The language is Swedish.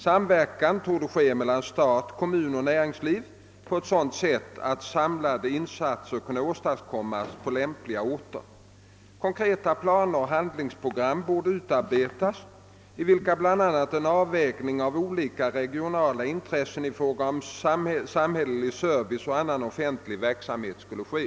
Samverkan borde ske mellan stat, kommun och näringsliv på ett sådant sätt att samlade insatser kunde åstad kommas på lämpliga orter. Konkreta planer och handlingsprogram borde utarbetas i vilka bl.a. en avvägning av olika regionala intressen i fråga om samhällelig service och annan offentlig verksamhet skulle ske.